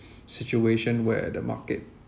situation where the market